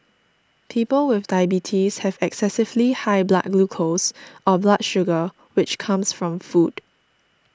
people with diabetes have excessively high blood glucose or blood sugar which comes from food